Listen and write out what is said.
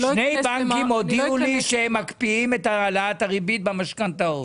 שני בנקים הודיעו לי שהם מקפיאים את העלאת הריבית במשכנתאות.